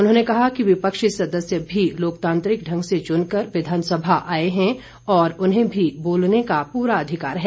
उन्होंने कहा कि विपक्षी सदस्य भी लोकतांत्रिक ढंग से चुनकर विधानसभा आए हैं और उन्हें भी बोलने का पूरा अधिकार है